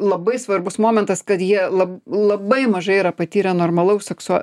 labai svarbus momentas kad jie lab labai mažai yra patyrę normalaus sekso